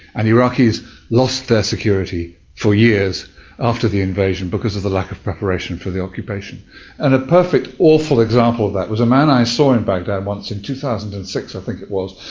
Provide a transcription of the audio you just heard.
and iraqis lost their security for years after the invasion because of the lack of preparation for the occupation. and a perfect awful example of that was a man i saw in baghdad once, in two thousand and six i think it was,